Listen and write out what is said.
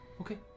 Okay